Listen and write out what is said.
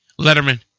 Letterman